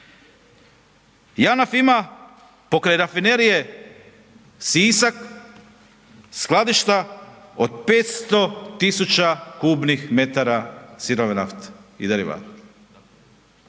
JANAF ima pokraj Rafinerije Sisak skladišta od 500 tisuća kubnih metara sirove nafte